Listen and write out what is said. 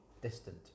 distant